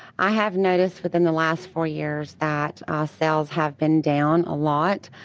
i have noticed within the last four years that ah sales have been down a lot,